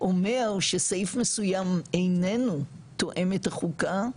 אומר שסעיף מסוים איננו תואם את החוקה,